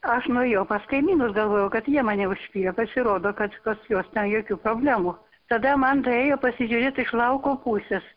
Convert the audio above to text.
aš nuėjau pas kaimynus galvojau kad jie mane užpylė pasirodo kad pas juos ten jokių problemų tada man tai ėjo pasižiūrėti iš lauko pusės